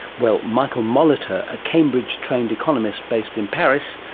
well, michael molitor, a cambridge trained economist based in paris,